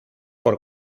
por